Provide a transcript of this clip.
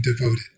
devoted